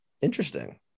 Interesting